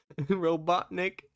Robotnik